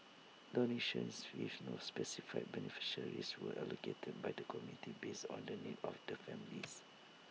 donations with no specified beneficiaries were allocated by the committee based on the needs of the families